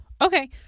Okay